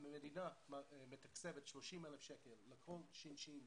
המדינה מתקצבת 30,000 שקלים לכל שין-שין בארץ,